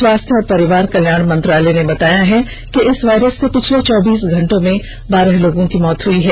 स्वास्थ्य और परिवार कल्याण मंत्रालय ने बताया है कि इस वायरस से पिछले चौबीस घंटों में बारह लोगों की मौत हई है